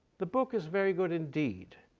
the book is very good, indeed,